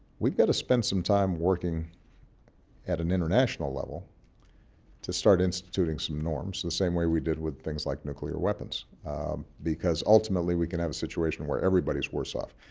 we've got to spend some time working at an international level to start instituting some norms, the same way we did with things like nuclear weapons because ultimately we can have a situation where everybody's worse off.